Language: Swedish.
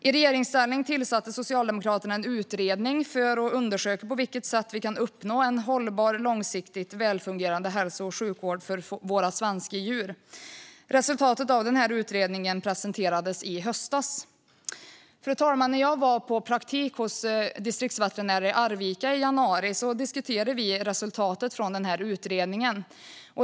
I regeringsställning tillsatte Socialdemokraterna en utredning för att undersöka på vilket sätt vi kan uppnå en hållbar och långsiktigt välfungerande hälso och sjukvård för svenska djur. Resultatet av utredningen presenterades i höstas. Fru talman! När jag var på praktik hos distriktsveterinärerna i Arvika i januari diskuterade vi resultatet av utredningen.